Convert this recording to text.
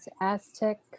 aztec